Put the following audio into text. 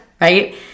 right